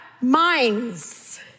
Minds